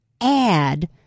add